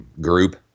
group